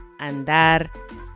andar